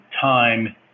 time